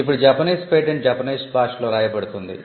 ఇప్పుడు Japanese patent Japanese భాషలో వ్రాయబడుతుంది